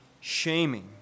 shaming